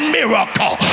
miracle